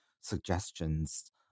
suggestions